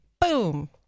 boom